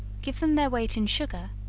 give them their weight in sugar,